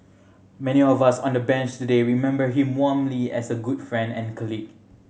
many of us on the bench today remember him warmly as a good friend and colleague